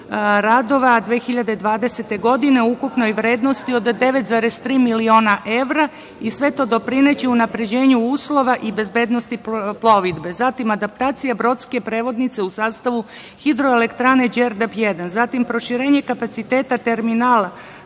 radova 2020. godine u ukupnoj vrednosti od 9,3 miliona evra i sve to doprineće unapređenju uslova i bezbednosti plovidbe. Zatim, adaptacije brodske prevodnice u sastavu HE „Đerdap 1“, zatim, proširenje kapaciteta terminala